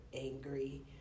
angry